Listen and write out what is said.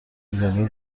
زنده